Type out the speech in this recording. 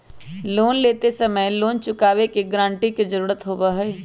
loan लेते समय loan चुकावे के गारंटी के जरुरत होबा हई